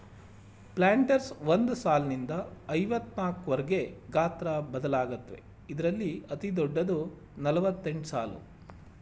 planters ಒಂದ್ ಸಾಲ್ನಿಂದ ಐವತ್ನಾಕ್ವರ್ಗೆ ಗಾತ್ರ ಬದಲಾಗತ್ವೆ ಇದ್ರಲ್ಲಿ ಅತಿದೊಡ್ಡದು ನಲವತ್ತೆಂಟ್ಸಾಲು